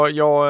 ja